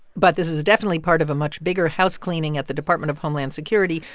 but this is definitely part of a much bigger housecleaning at the department of homeland security,